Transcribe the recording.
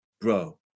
bro